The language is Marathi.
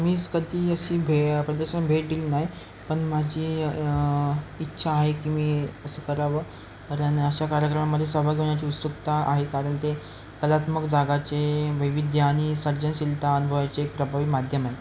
मीच कधी अशी भे प्रदर्शन भेट दिली नाही पण माझी इच्छा आहे की मी असं करावं कारण अशा कार्यक्रमामध्ये सहभाग घेण्याची उत्सुकता आहे कारण ते कलात्मक जगाचे वैविध्य आणि सर्जनशीलता अनुभवायचे एक प्रभावी माध्यम आहे